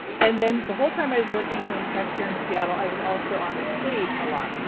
and then the whole time i was working in tech here in seattle. i was also on stage a lot.